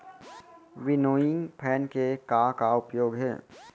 Winnowing fan के का का उपयोग हे?